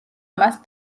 მას